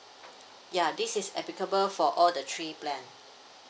ya this is applicable for all the three plan